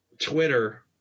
Twitter